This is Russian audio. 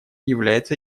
является